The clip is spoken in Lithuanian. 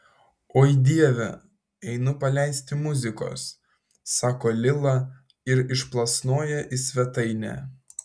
oi dieve einu paleisti muzikos sako lila ir išplasnoja į svetainę